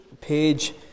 page